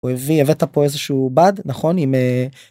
הוא הביא, הבאת פה איזה שהוא בד נכון עם אה...